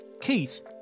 Keith